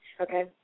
Okay